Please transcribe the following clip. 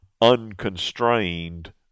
unconstrained